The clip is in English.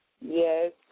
Yes